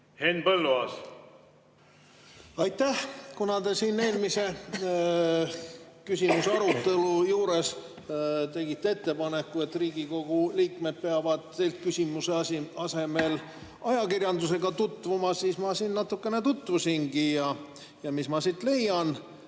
Henn Põlluaas, palun! Aitäh! Kuna te siin eelmise küsimuse arutelu juures tegite ettepaneku, et Riigikogu liikmed peaksid teilt küsimise asemel ajakirjandusega tutvuma, siis ma natukene tutvusingi. Ja mis ma siit leian?